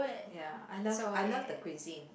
ya I love I love the cuisine